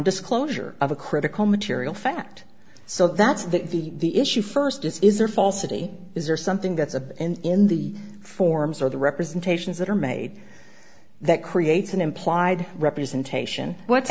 disclosure of a critical material fact so that's the issue first is is or falsity is there something that's a in the forms or the representations that are made that creates an implied representation what's